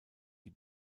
die